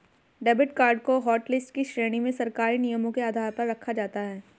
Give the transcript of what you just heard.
debit card को hotlist की श्रेणी में सरकारी नियमों के आधार पर रखा जाता है